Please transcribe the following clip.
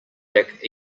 back